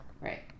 Right